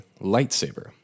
lightsaber